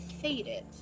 faded